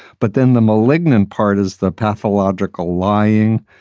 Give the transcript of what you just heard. but then the malignant part is the pathological lying,